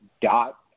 dot